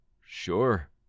Sure